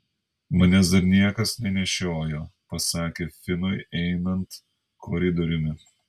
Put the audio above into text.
manęs dar niekas nenešiojo pasakė finui einant koridoriumi